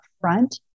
front